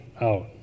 out